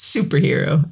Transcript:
Superhero